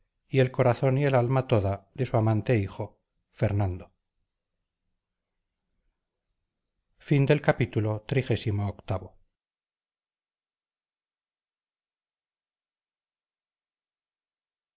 y el corazón y el alma toda de su amante hijo fernando